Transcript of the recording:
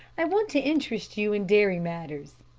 i want to interest you in dairy matters.